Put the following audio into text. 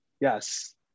yes